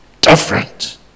different